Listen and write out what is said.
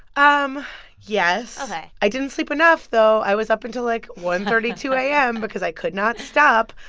um yes ok i didn't sleep enough, though i was up until, like, one thirty, two a m. because i could not stop.